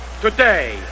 today